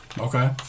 Okay